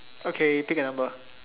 okay pick a number